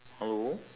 hello